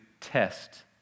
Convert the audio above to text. test